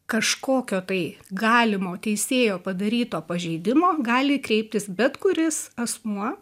kažkokio tai galimo teisėjo padaryto pažeidimo gali kreiptis bet kuris asmuo